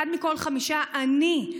אחד מכל חמישה עני.